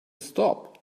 stop